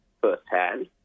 firsthand